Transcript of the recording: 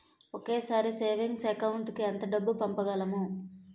ఒకేసారి savings account కి ఎంత డబ్బు పంపించగలము?